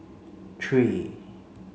three